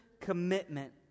commitment